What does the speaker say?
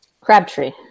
Crabtree